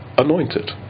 anointed